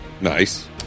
Nice